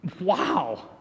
wow